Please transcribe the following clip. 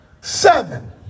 seven